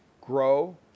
grow